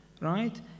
right